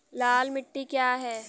लाल मिट्टी क्या है?